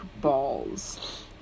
balls